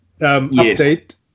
update